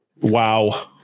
Wow